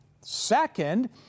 Second